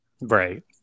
Right